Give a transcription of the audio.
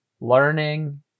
learning